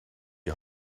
die